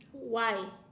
why